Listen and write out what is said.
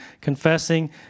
confessing